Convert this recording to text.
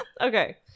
Okay